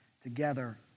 together